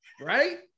right